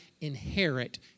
inherit